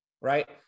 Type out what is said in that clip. right